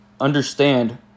understand